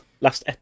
Last